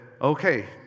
okay